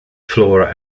flora